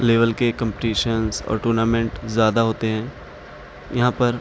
level کے competitions اور tournament زیادہ ہوتے ہیں یہاں پر